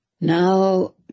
Now